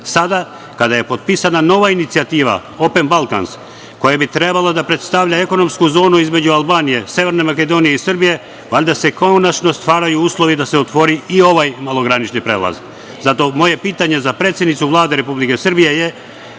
kada je potpisana nova inicijativa „Open Balkans“ koja bi trebalo da predstavlja ekonomsku zonu između Albanije, Severne Makedonije i Srbije valjda se konačno stvaraju uslovi da se otvori i ovaj malogranični prelaz. Zato moje pitanje za predsednicu Vlade Republike Srbije -